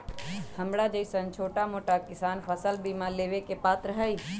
हमरा जैईसन छोटा मोटा किसान फसल बीमा लेबे के पात्र हई?